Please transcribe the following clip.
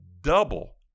double